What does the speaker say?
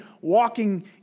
walking